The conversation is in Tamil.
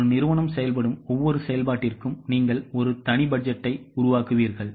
ஒரு நிறுவனம் செயல்படும் ஒவ்வொரு செயல்பாட்டிற்கும் நீங்கள் ஒரு தனி பட்ஜெட்டை உருவாக்குவீர்கள்